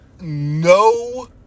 no